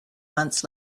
months